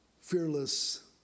fearless